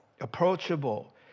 approachable